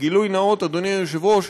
בגילוי נאות, אדוני היושב-ראש,